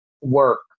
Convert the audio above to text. work